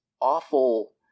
awful